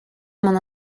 m’en